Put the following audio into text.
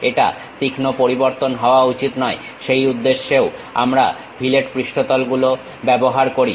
এটা তীক্ষ্ণ পরিবর্তন হওয়া উচিত নয় সেই উদ্দেশ্যে ও আমরা ফিলেট পৃষ্ঠতল গুলো ব্যবহার করি